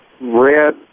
red